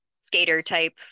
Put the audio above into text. skater-type